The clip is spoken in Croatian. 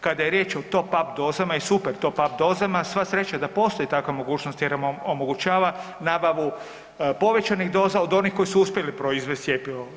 Kada je riječ o top-up dozama i super top-up dozama, sva sreća pa postoji takva mogućnost jer omogućava nabavu povećanih doza od onih koji su uspjeli proizvesti cjepivo.